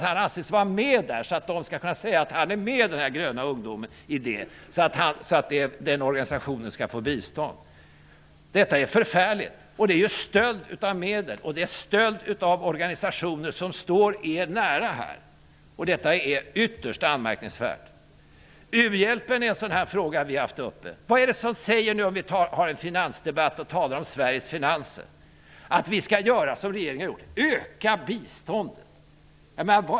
Han anses vara med i Grön ungdom för att den organisationen skall få bidrag. Detta är förfärligt! Det är stöld av medel, en stöld som begås av organisationer som står er nära. Det är ytterst anmärkningsvärt! U-hjälpen är en liknande fråga som vi har tagit upp. När vi för en debatt om Sveriges finanser -- vad är det som säger att vi skall göra som regeringen har gjort och öka biståndet?